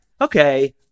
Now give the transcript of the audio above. Okay